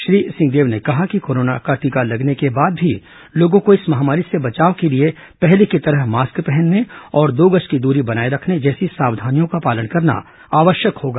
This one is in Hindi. श्री सिंहदेव ने कहा कि कोरोना का टीका लगने के बाद भी लोगों को इस महामारी से बचाव के लिए पहले की तरह मास्क पहनने और दो गज की दूरी बनाए रखने जैसी सावधानियों का पालन करना आवश्यक होगा